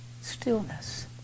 stillness